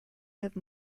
have